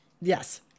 Yes